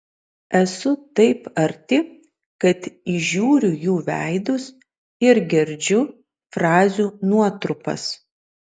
esu taip arti kad įžiūriu jų veidus ir girdžiu frazių nuotrupas